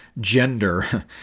gender